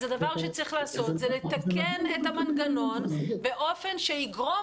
הדבר שצריך לעשות זה לתקן את המנגנון באופן שיגרום